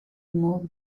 move